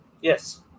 Yes